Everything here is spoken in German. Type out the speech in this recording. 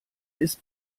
ist